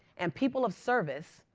and people of service,